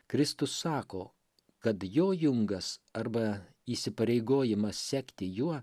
kristus sako kad jo jungas arba įsipareigojimas sekti juo